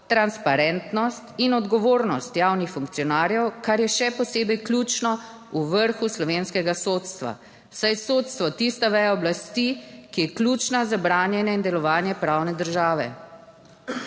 transparentnost in odgovornost javnih funkcionarjev, kar je še posebej ključno v vrhu slovenskega sodstva, saj je sodstvo tista veja oblasti, ki je ključna za branjenje in delovanje pravne države.